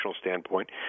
standpoint